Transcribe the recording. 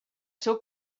seu